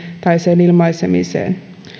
tai sen ilmaisemiseen